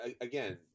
again